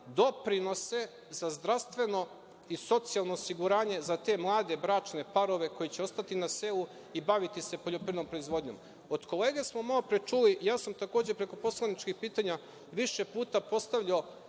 doprinose za zdravstveno i socijalno osiguranje za te mlade bračne parove koji će ostati na selu i baviti se poljoprivrednom proizvodnjom? Od kolega smo malopre čuli, ja sam takođe preko poslaničkih pitanja više puta postavljao